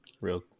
real